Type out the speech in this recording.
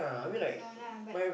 I know lah but